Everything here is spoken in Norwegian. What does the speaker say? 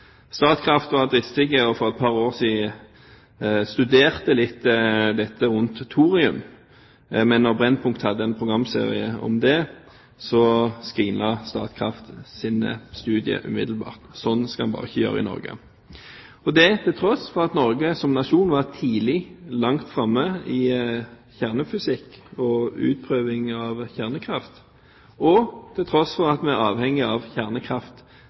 Statkraft var dristig, og for et par år siden studerte de litt rundt thorium, men da Brennpunkt hadde en programserie om det, skrinla Statkraft sin studie umiddelbart – sånn skal en bare ikke gjøre i Norge – og det til tross for at Norge som nasjon tidlig var langt framme i kjernefysikk og utprøving av kjernekraft, og til tross for at vi er avhengig av kjernekraft